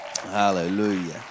Hallelujah